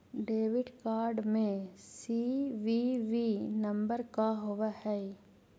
Debit card में CVV number का होव हइ?